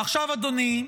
ועכשיו, אדוני,